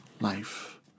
life